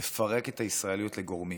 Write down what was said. לפרק את הישראליות לגורמים.